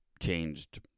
changed